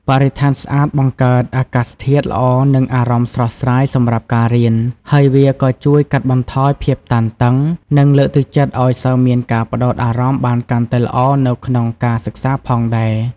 បរិស្ថានស្អាតបង្កើតអាកាសធាតុល្អនឹងអារម្មណ៍ស្រស់ស្រាយសម្រាប់ការរៀន ហើយវាក៏ជួយកាត់បន្ថយភាពតានតឹង និងលើកទឹកចិត្តឲ្យសិស្សមានការផ្ដោតអារម្មណ៍បានកាន់តែល្អនៅក្នុងការសិក្សាផងដែរ។